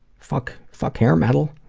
fuck fuck hair metal.